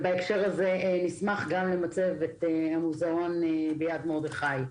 בהקשר הזה נשמח גם למצב את המוזיאון ביד מרדכי.